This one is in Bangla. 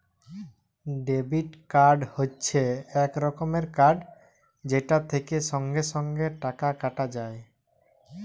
ডেবিট কার্ড হচ্যে এক রকমের কার্ড যেটা থেক্যে সঙ্গে সঙ্গে টাকা কাটা যায়